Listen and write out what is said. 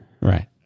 right